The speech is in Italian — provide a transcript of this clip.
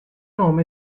nome